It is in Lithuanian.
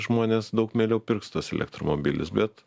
žmonės daug mieliau pirks tuos elektromobilius bet